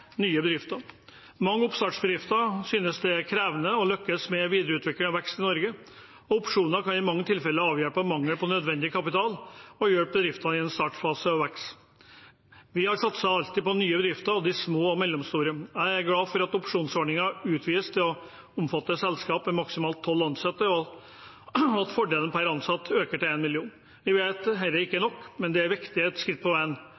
nye bedrifter. Mange oppstartsbedrifter synes det er krevende å lykkes med videreutvikling og vekst i Norge, og opsjoner kan i mange tilfeller avhjelpe mangelen på nødvendig kapital og hjelpe bedrifter til å vokse i en startfase. Vi satser alltid på nye bedrifter og på de små og mellomstore. Jeg er glad for at opsjoner utvides til å omfatte selskap med maksimalt tolv ansatte, og at fordelen per ansatt øker til 1 mill. kr. Vi vet at dette ikke er nok, men det er viktige skritt på veien.